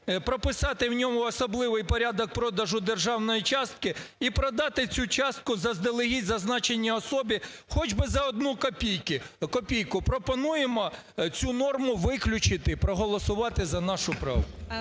прописати в ньому особливий порядок продажу державної частки і продати цю частку заздалегідь зазначеній особі хоч би за одну копійку. Пропонуємо цю норму виключити, проголосувати за нашу правку.